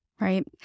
Right